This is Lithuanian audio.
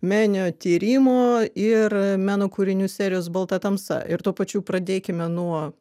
meninio tyrimo ir meno kūrinių serijos balta tamsa ir tuo pačiu pradėkime nuo